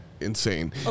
insane